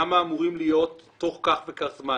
כמה אמורים להיות תוך כך וכך זמן,